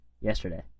yesterday